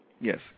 Yes